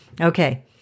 Okay